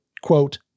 quote